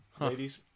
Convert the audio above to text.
ladies